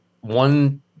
one